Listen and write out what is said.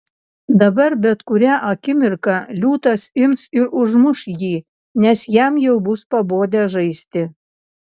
dabar bet kurią akimirką liūtas ims ir užmuš jį nes jam jau bus pabodę žaisti